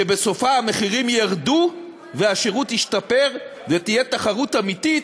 שבסופה המחירים ירדו והשירות ישתפר ותהיה תחרות אמיתית